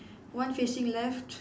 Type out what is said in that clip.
one facing left